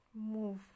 Move